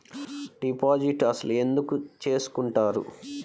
Deposit అసలు ఎందుకు చేసుకుంటారు?